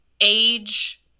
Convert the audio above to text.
age